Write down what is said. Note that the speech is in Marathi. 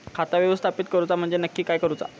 खाता व्यवस्थापित करूचा म्हणजे नक्की काय करूचा?